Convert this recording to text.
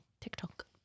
TikTok